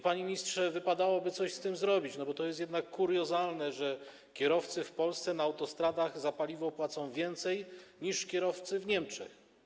Panie ministrze, wypadałoby coś z tym zrobić, bo to jest jednak kuriozalne, że kierowcy w Polsce na autostradach za paliwo płacą więcej niż kierowcy w Niemczech.